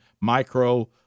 micro